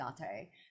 Date